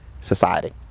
society